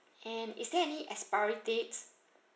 and is there any expiry dates